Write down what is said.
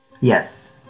Yes